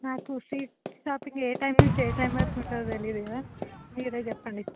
నాకు street shopping ఏ time నుంచి ఏ టైం వరకు ఉంటుంది తెలీయదు కదా మీరే చెప్పండి